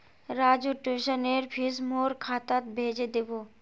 राजूर ट्यूशनेर फीस मोर खातात भेजे दीबो